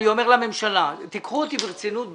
אני אומר לממשלה: קחו אותי ברצינות בבקשה.